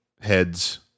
Heads